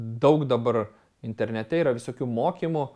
daug dabar internete yra visokių mokymų